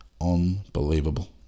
unbelievable